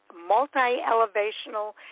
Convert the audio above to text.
multi-elevational